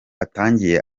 atangiye